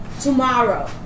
Tomorrow